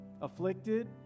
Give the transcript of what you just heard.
Afflicted